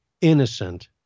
innocent